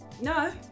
No